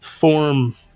form